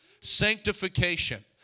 Sanctification